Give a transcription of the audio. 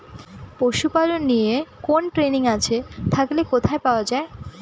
পশুপালন নিয়ে কোন ট্রেনিং আছে থাকলে কোথায় পাওয়া য়ায়?